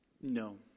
No